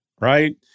right